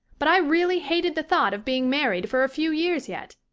but i really hated the thought of being married for a few years yet.